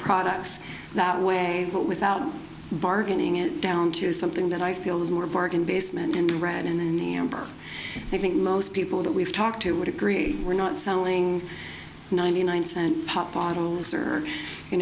products that way but without bargaining it down to something that i feel is more bargain basement and red and then the amber i think most people that we've talked to would agree we're not selling ninety nine cent pop bottles or you